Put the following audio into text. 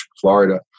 Florida